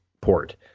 port